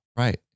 Right